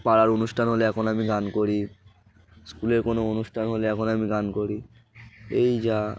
পাড়ার অনুষ্ঠান হলে এখন আমি গান করি স্কুলের কোনো অনুষ্ঠান হলে এখন আমি গান করি এই যা